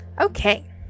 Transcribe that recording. Okay